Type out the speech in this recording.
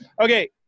Okay